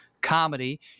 Comedy